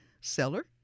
seller